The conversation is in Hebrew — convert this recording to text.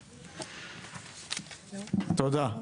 תודה.